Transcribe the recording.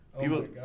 People